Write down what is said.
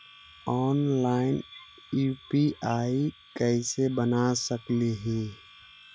Online UPI कैसे बना सकली ही?